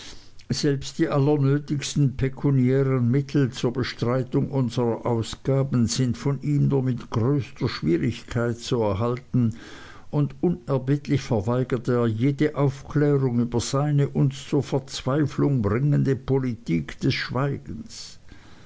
selbst die allernötigsten pekuniären mittel zur bestreitung unserer ausgaben sind von ihm nur mit größter schwierigkeit zu erlangen und unerbittlich verweigert er jede aufklärung über seine uns zur verzweiflung bringende politik des schweigens